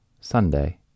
Sunday